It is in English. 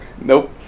Nope